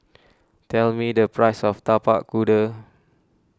tell me the price of Tapak Kuda